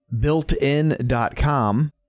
builtin.com